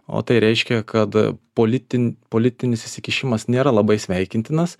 o tai reiškia kad politi politinis įsikišimas nėra labai sveikintinas